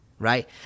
Right